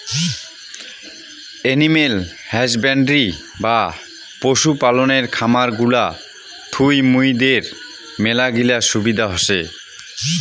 animal husbandry বা পশু পালনের খামার গুলা থুই মুইদের মেলাগিলা সুবিধা হসে